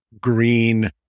green